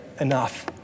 enough